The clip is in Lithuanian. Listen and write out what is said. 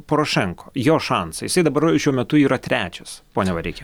porošenko jo šansai jisai dabar šiuo metu yra trečias pone vareiki